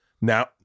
now